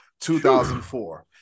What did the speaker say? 2004